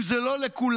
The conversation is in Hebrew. אם זה לא לכולם,